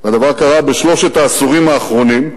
והדבר קרה בשלושת העשורים האחרונים,